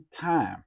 time